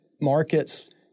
markets